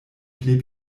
blieb